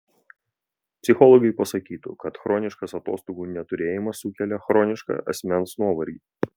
psichologai pasakytų kad chroniškas atostogų neturėjimas sukelia chronišką asmens nuovargį